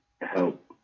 help